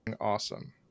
awesome